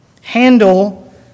handle